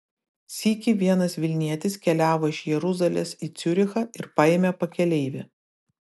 sykį vienas vilnietis keliavo iš jeruzalės į ciurichą ir paėmė pakeleivį